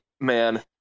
man